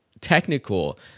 technical